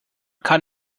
kann